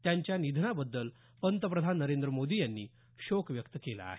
त्यांच्या निधानाबद्दल पंतप्रधान नरेंद्र मोदी यांनी शोक व्यक्त केला आहे